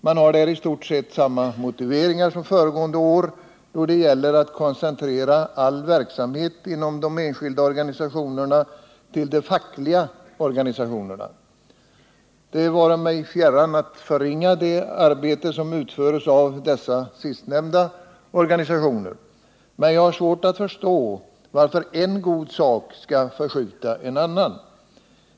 Man har där i stort sett samma motiveringar som föregående år då det gäller att koncentrera all verksamhet inom de enskilda organisationerna till de fackliga organisationerna. Det vare mig fjärran att förringa det arbete som utförs av dessa sistnämnda organisationer. Men jag har svårt att förstå varför en god sak skall förskjuta en annan.